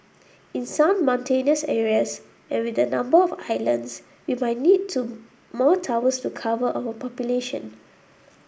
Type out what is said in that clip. in some mountainous areas and with the number of islands we might need to more towers to cover our population